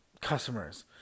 customers